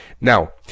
Now